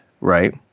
right